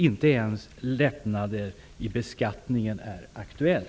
Inte ens en lättnad i beskattningen är aktuell.